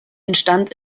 entstand